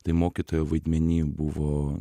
tai mokytojo vaidmeny buvo